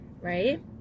Right